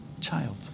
child